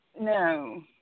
No